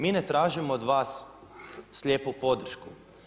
Mi ne tražimo od vas slijepu podršku.